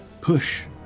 push